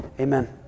amen